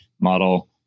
model